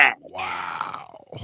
Wow